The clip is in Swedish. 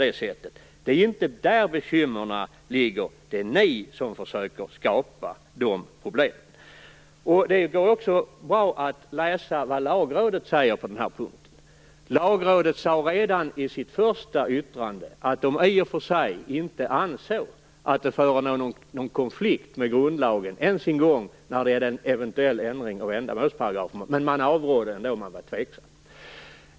Det är inte där bekymren ligger, det är ni som försöker skapa dem. Det går också bra att läsa vad Lagrådet säger på den här punkten. Lagrådet sade redan i sitt första yttrande att det i och för sig inte ansåg att det förelåg någon konflikt med grundlagen, inte ens en gång med en eventuell ändring av ändamålsparagrafen, men man avrådde ändå eftersom man var tveksam.